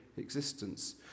Existence